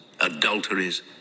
adulteries